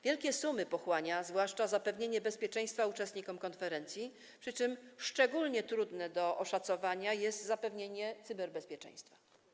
Wielkie sumy pochłania zwłaszcza zapewnienie bezpieczeństwa uczestnikom konferencji, przy czym szczególnie trudne do oszacowania jest zapewnienie cyberbezpieczeństwa.